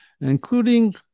including